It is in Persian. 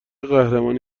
قهرمانی